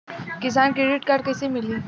किसान credit card कइसे मिली?